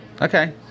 Okay